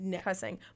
cussing